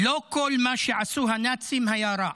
לא כל מה שעשו הנאצים היה רע?